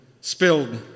spilled